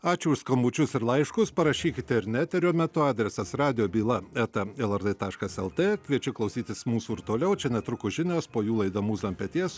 ačiū už skambučius ir laiškus parašykite ir eterio metu adresas radiobyla eta lrt taškas lt kviečia klausytis mūsų ir toliau čia netrukus žinias po jų laida mūsų ant peties